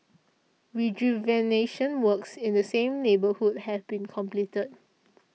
rejuvenation works in the same neighbourhood have been completed